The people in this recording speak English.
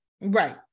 Right